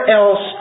else